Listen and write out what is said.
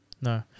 No